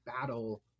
battle